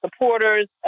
supporters